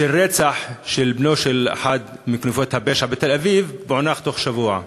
של רצח של בנו של אחד מכנופיות הפשע בתל-אביב פוענח תוך שבוע.